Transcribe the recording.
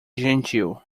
gentil